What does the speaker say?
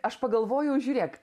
aš pagalvojau žiūrėk